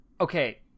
okay